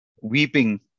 weeping